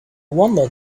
wonder